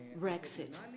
brexit